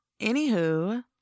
Anywho